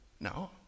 No